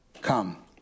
Come